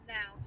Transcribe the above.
now